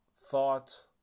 thought